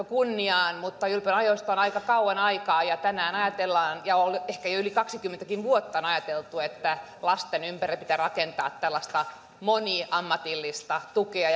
kunniaan mutta ylpön ajoista on aika kauan aikaa tänään ajatellaan ja on ehkä jo yli kaksikymmentäkin vuotta ajateltu että lasten ja perheiden ympärille pitää rakentaa tällaista moniammatillista tukea